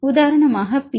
உதாரணமாக பி